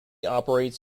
operates